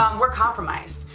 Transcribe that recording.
um we're compromised,